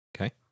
Okay